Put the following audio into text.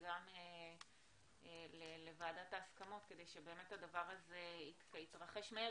וגם לוועדת ההסכמות כדי שבאמת הדבר הזה התרחש מהר